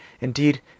Indeed